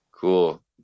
cool